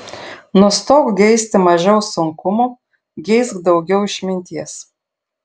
nustok geisti mažiau sunkumų geisk daugiau išminties